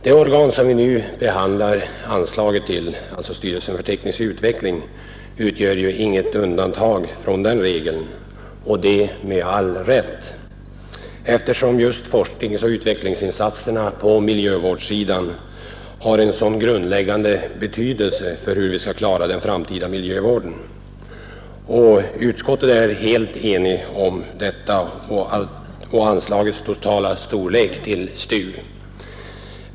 Det organ som vi nu behandlar anslaget till, styrelsen för teknisk utveckling, utgör inget undantag från den regeln — med all rätt — eftersom just forskningsoch utvecklingsinsatserna på miljövårdssidan har en sådan grundläggande betydelse för hur vi skall klara den framtida miljövården. Utskottet är helt enigt om anslagets totala storlek till STU.